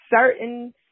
certain